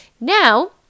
Now